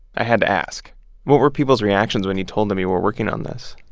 i had to ask what were people's reactions when you told them you were working on this?